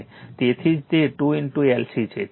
તેથી જ તે 2 LC છે